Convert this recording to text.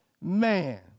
man